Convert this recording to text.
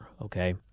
okay